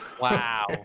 Wow